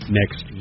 next